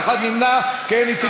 49 מתנגדים, 29 בעד, נמנע אחד.